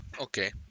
Okay